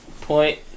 point